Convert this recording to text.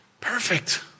Perfect